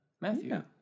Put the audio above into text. Matthew